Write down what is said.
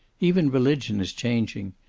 even religion is changing.